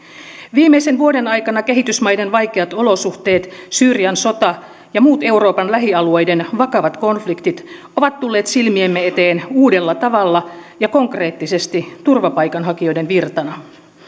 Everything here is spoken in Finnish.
viimeisen vuoden aikana kehitysmaiden vaikeat olosuhteet syyrian sota ja muut euroopan lähialueiden vakavat konfliktit ovat tulleet silmiemme eteen uudella tavalla ja konkreettisesti turvapaikanhakijoiden virtana